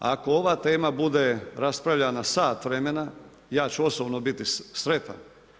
Ako ova tema bude raspravljana sat vremena ja ću osobno biti sretan.